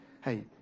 Hey